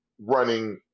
running